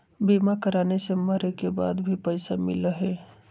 बीमा कराने से मरे के बाद भी पईसा मिलहई?